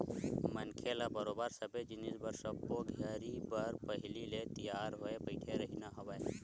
मनखे ल बरोबर सबे जिनिस बर सब्बो घरी बर पहिली ले तियार होय बइठे रहिना हवय